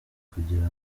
kugira